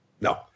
No